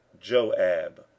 Joab